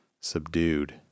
subdued